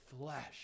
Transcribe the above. flesh